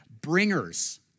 bringers